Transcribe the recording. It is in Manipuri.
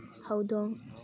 ꯍꯧꯗꯣꯡ